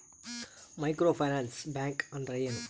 Micro finance bank ಅಂದ್ರ ಏನು?